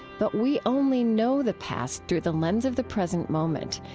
but we only know the past through the lens of the present moment,